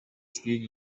skiing